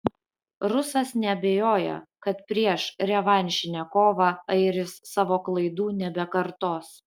rusas neabejoja kad prieš revanšinę kovą airis savo klaidų nebekartos